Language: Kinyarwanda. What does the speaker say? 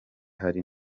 hari